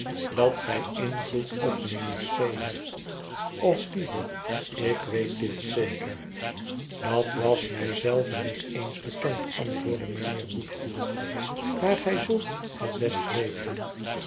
dat gij invloed op mijnheer c hebt of liever ik weet dit zeker dat was mij zelven niet eens bekend antwoordde mijnheer woodcourt maar gij zult het best weten